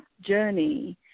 journey